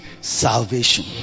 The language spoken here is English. salvation